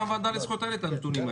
מהוועדה לזכויות הילד את הנתונים האלה,